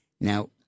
Now